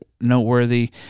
noteworthy